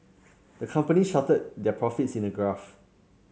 the company charted their profits in a graph